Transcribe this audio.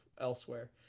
elsewhere